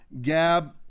gab